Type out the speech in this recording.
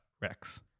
rex